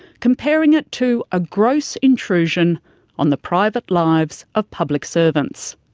comparing it to a gross intrusion on the private lives of public servants.